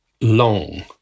long